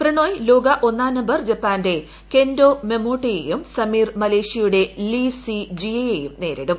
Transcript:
പ്രണോയ് ലോക ഒന്നാം നമ്പർ ജപ്പാന്റെ കെന്റോ മെമോട്ടയെയും സമീർ മലേഷ്യയുടെ ലി സി ജിയയെയും നേരിടും